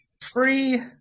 Free